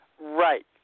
Right